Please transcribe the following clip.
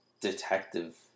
detective